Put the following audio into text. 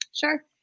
Sure